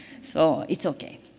so it's okay.